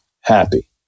happy